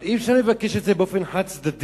אבל אי-אפשר לבקש את זה באופן חד-צדדי,